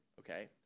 Okay